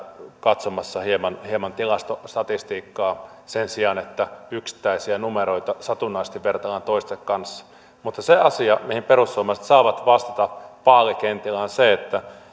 katsomassa hieman hieman tilastostatistiikkaa sen sijaan että yksittäisiä numeroita satunnaisesti verrataan toistensa kanssa mutta se asia mihin perussuomalaiset saavat vastata vaalikentillä on se että